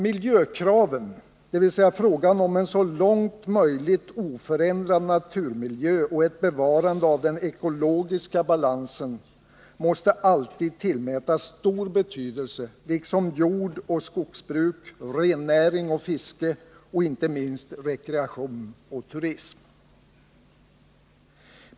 Miljökraven, dvs. frågan om en så långt möjligt oförändrad naturmiljö och ett bevarande av den ekologiska balansen, måste alltid tillmätas stor betydelse, liksom jordoch skogsbruk, rennäring och fiske samt inte minst rekreation och turism.